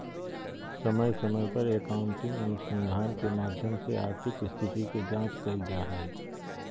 समय समय पर अकाउन्टिंग अनुसंधान के माध्यम से आर्थिक स्थिति के जांच कईल जा हइ